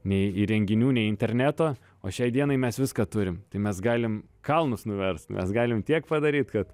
nei įrenginių nei interneto o šiai dienai mes viską turim tai mes galim kalnus nuverst mes galim tiek padaryt kad